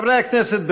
חברי הכנסת,